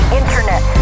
internet